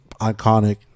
iconic